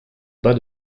bas